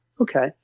okay